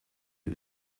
who